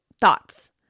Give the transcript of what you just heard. thoughts